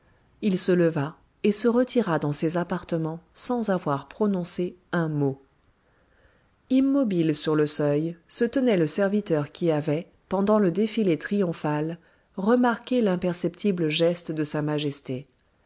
il se leva et se retira dans ses appartements sans avoir prononcé un mot immobile sur le seuil se tenait le serviteur qui avait pendant le défilé triomphal remarqué l'imperceptible geste de sa majesté